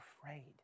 afraid